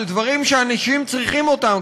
אבל דברים שאנשים צריכים אותם,